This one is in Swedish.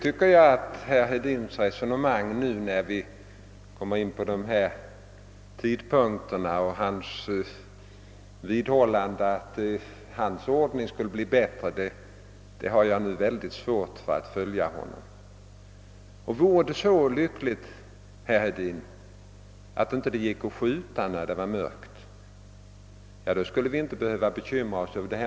Herr Hedins resonemang om dessa tidpunkter och hans vidhållande av att hans ordning skulle bli bättre har jag ändock mycket svårt att följa honom i. Vore det så lyckligt, herr Hedin, att det inte gick att skjuta när det är mörkt, skulle vi inte behöva bekymra oss över detta.